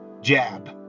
jab